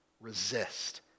resist